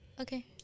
Okay